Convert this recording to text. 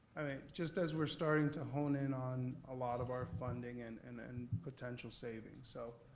just as we're starting to hone in on a lot of our funding and and and potential savings. so,